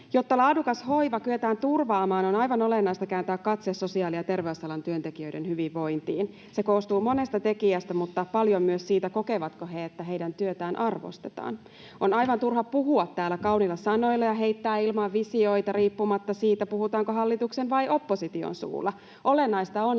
Jotta laadukas hoiva kyetään turvaamaan, on aivan olennaista kääntää katse sosiaali- ja terveysalan työntekijöiden hyvinvointiin. Se koostuu monesta tekijästä, mutta paljon myös siitä, kokevatko he, että heidän työtään arvostetaan. On aivan turha puhua täällä kauniilla sanoilla ja heittää ilmaan visioita riippumatta siitä, puhutaanko hallituksen vai opposition suulla. Olennaista on,